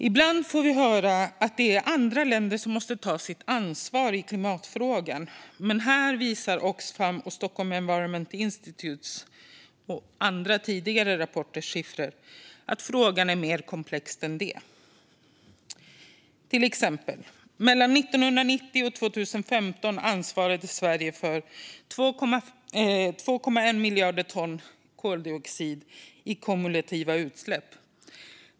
Ibland får vi höra att det är andra länder som måste ta sitt ansvar i klimatfrågan, men här visar Oxfams, Stockholm Environment Institutes och andra tidigare rapporters siffror att frågan är mer komplex än så. Till exempel ansvarade Sverige mellan 1990 och 2015 för 2,1 miljarder ton koldioxid i kumulativa utsläpp.